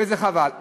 וזה חבל.